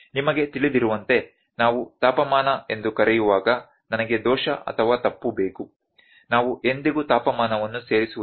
ನಿಮಗೆ ತಿಳಿದಿರುವಂತೆ ನಾವು ತಾಪಮಾನ ಎಂದು ಕರೆಯುವಾಗ ನನಗೆ ದೋಷ ಅಥವಾ ತಪ್ಪುಬೇಕು ನಾವು ಎಂದಿಗೂ ತಾಪಮಾನವನ್ನು ಸೇರಿಸುವುದಿಲ್ಲ